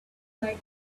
might